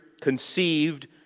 conceived